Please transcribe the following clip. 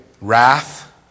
Wrath